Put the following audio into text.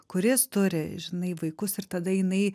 kuris turi žinai vaikus ir tada jinai